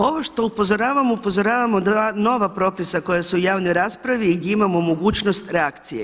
Ovo što upozoravamo, upozoravamo na dva nova propisa koja su u javnoj raspravi i gdje imamo mogućnost reakcije.